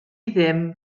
ddim